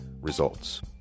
Results